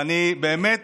ואני באמת